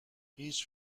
هیچ